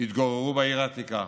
התגוררו בעיר העתיקה,